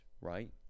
right